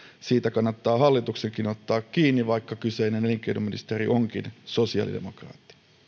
siitä kannattaa hallituksenkin ottaa kiinni vaikka kyseinen elinkeinoministeri onkin sosiaalidemokraatti